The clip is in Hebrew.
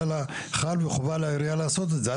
חל וחובה על העירייה לעשות את זה.